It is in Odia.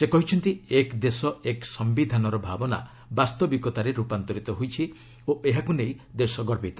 ସେ କହିଛନ୍ତି 'ଏକ ଦେଶ ଏକ ସମ୍ଭିଧାନ'ର ଭାବନା ବାସ୍ତବିକତାରେ ରୂପାନ୍ତରିତ ହୋଇଛି ଓ ଏହାକୁ ନେଇ ଦେଶ ଗବିତ